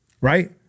Right